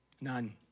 None